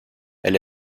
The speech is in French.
elle